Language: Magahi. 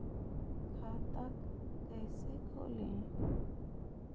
खाता कैसे खोले?